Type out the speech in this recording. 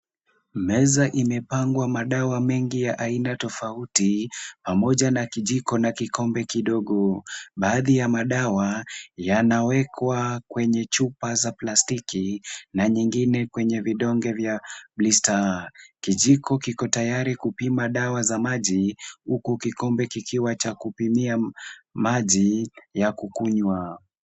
Meza imepangwa madawa mengi ya aina tofauti, pamoja na kijiko na kikombe kidogo. Baadhi ya madawa yanawekwa kwenye chupa za plastiki na nyingine kwenye vidonge vya blista . Kijiko kiko tayari kupima dawa za maji, huku kikombe kikiwa cha kupimia maji ya kukunywa.